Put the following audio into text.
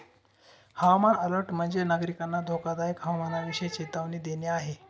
हवामान अलर्ट म्हणजे, नागरिकांना धोकादायक हवामानाविषयी चेतावणी देणे आहे